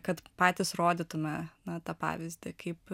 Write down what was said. kad patys rodytume na tą pavyzdį kaip